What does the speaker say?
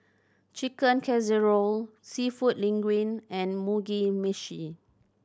Chicken Casserole Seafood Linguine and Mugi Meshi